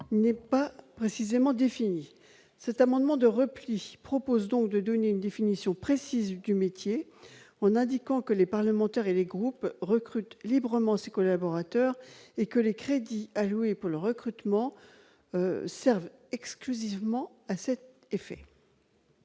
n'est pas précisément définie. Cet amendement de repli vise donc à donner une définition précise du métier en précisant que les parlementaires et les groupes parlementaires recrutent librement ces collaborateurs, et que les crédits alloués pour le recrutement servent exclusivement à cet effet.